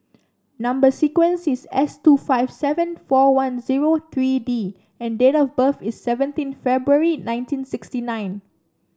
number sequence is S two five seven four one zero three D and date of birth is seventeen February nineteen sixty nine